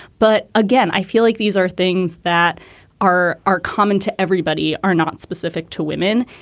but again, i feel like these are things that are are common to everybody. are not specific to women.